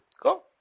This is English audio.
Go